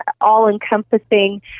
all-encompassing